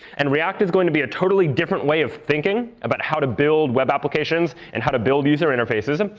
and react is going to be a totally different way of thinking about how to build web applications, and how to build user interfaces. and